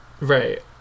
Right